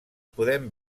podem